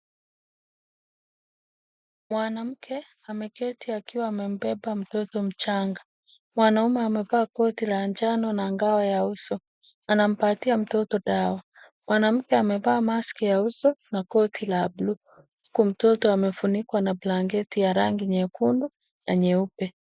Mwanamke ameketi akiwa amembeba mtoto mchanga. Mwanaume amevaa koti la njano na ngao ya uso anampatia mtoto dawa. Mwanamke amevaa maski ya uso na koti la bluu huku mtoto amefunikwa na blanketi ya rangi nyekundu na nyeupe.